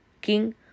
King